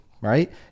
Right